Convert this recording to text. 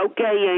Okay